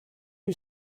you